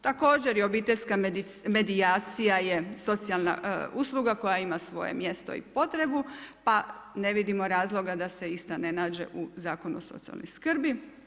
Također i obiteljska medijacija je socijalna usluga, koja ima svoje mjesto i potrebu, pa ne vidimo razloga da se ista ne nađe u Zakonu o socijalnoj skrbi.